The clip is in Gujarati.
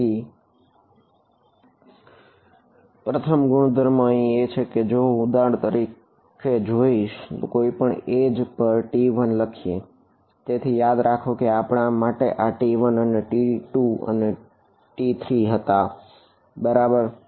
તેથી યાદ રાખો કે આપણા માટે આ 1 આ 2 અને આ 3 હતા બરાબર